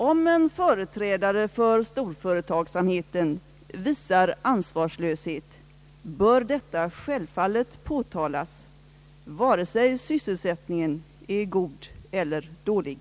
Om en företrädare för storföretagsamheten visar ansvarslöshet bör detta självfallet påtalas vare sig sysselsättningen är god eller dålig.